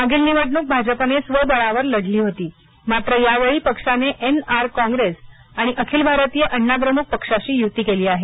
मागील निवडणूक भाजपने स्वबळावर लढली होती मात्र या वेळी पक्षाने एन आर कोन्ग्रेस आणि अखिल भारतीय अण्णा द्रमुक पक्षाशी युती केली आहे